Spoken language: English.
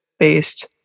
Based